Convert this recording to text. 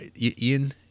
Ian